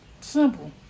Simple